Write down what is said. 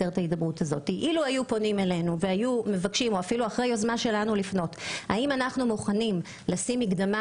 אם היו פונים אלינו ושואלים אם אנחנו מוכנים לשים מקדמה